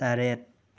ꯇꯔꯦꯠ